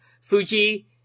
Fuji